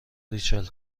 ریچل